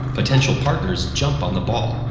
potential partners jump on the ball,